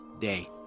day